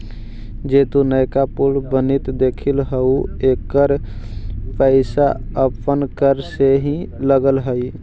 जे तु नयका पुल बनित देखित हहूँ एकर पईसा अपन कर से ही लग हई